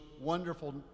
wonderful